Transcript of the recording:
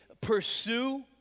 pursue